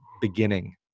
beginning